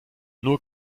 nur